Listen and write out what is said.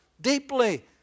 deeply